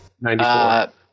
Ninety-four